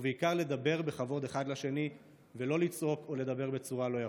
ובעיקר לדבר בכבוד אחד לשני ולא לצעוק או לדבר בצורה לא יפה.